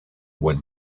when